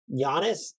Giannis